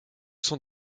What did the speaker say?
sont